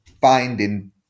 finding